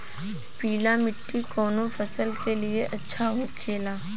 पीला मिट्टी कोने फसल के लिए अच्छा होखे ला?